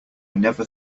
never